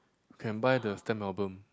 can buy the stamp album